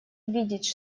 видеть